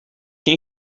can